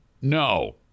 No